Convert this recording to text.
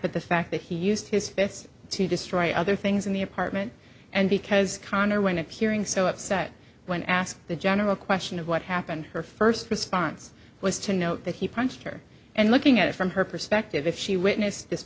but the fact that he used his fists to destroy other things in the apartment and because conner went appearing so upset when asked the general question of what happened her first response was to know that he punched her and looking at it from her perspective if she witnessed this